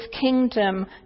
kingdom